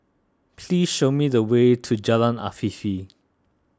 please show me the way to Jalan Afifi